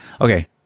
Okay